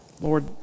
Lord